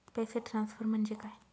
पैसे ट्रान्सफर म्हणजे काय?